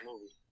movie